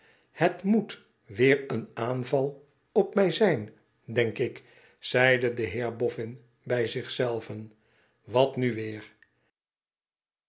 het moet weer een aanval op mij zijn denk ik zeidedeheerboffia bij zich zei ven wat nu weer